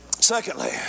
Secondly